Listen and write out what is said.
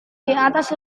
diatas